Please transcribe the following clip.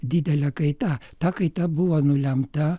didelė kaita ta kaita buvo nulemta